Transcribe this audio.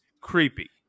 creepy